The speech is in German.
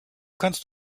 kannst